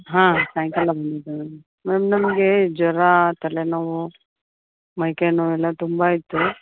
ಹಾಂ ಸಾಯಂಕಾಲ ಬಂದಿದ್ದೆ ಮೇಡಮ್ ನನಗೆ ಜ್ವರ ತಲೆ ನೋವು ಮೈಕೈ ನೋವೆಲ್ಲ ತುಂಬ ಇತ್ತು